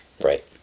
Right